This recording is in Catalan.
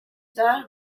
tard